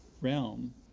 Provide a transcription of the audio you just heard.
realm